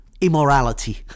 immorality